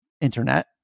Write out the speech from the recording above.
internet